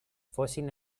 fossin